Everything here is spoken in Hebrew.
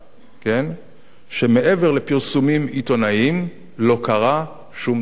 שמעבר לפרסומים עיתונאיים לא קרה שום דבר,